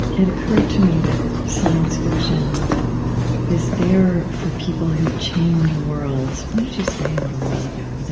it occurred to me that science fiction is there for people who change worlds. what did you say a little while ago?